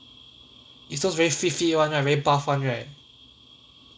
it's those very fit fit [one] right very buff [one] right